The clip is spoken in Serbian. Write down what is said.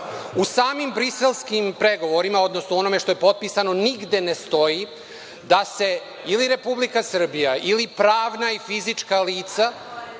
U samim briselskim pregovorima, odnosno u onome što je potpisano nigde ne stoji da se ili Republika Srbija ili pravna i fizička lica